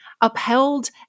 upheld